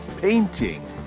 painting